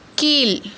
கீழ்